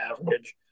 average